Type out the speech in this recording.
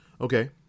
Okay